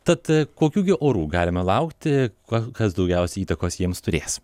tad kokių gi orų galime laukti ką kas daugiausiai įtakos jiems turės